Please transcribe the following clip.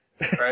Right